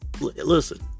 listen